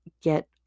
get